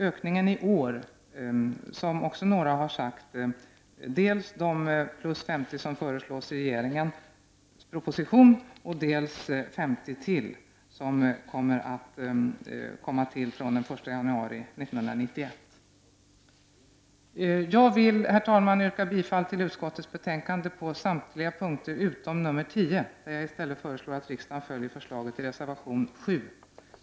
Ökningen i år föreslås, som några talare framhållit, i regeringens proposition nu bli 50 grundbelopp. Därtill kommer utöver regeringens förslag 50 grundbelopp den 1 januari 1991. Jag vill, herr talman, yrka bifall till utskottets hemställan på samtliga punkter utom under mom. 10, där jag föreslår att riksdagen följer förslaget i reservation 7.